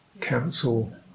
council